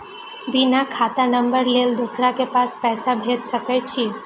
बिना खाता नंबर लेल दोसर के पास पैसा भेज सके छीए?